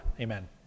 Amen